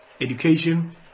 education